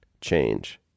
change